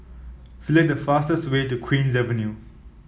select the fastest way to Queen's Avenue